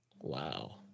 Wow